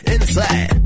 Inside